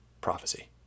prophecy